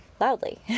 loudly